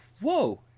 whoa